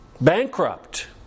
bankrupt